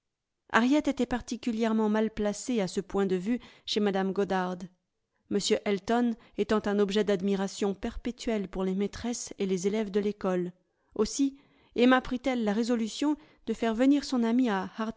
harriet était particulièrement mal placée à ce point de vue chez mme goddard m elton étant un objet d'admiration perpétuelle pour les maîtresses et les élèves de l'école aussi emma prit elle résolution de faire venir son amie